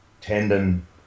tendon